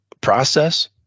process